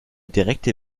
direkte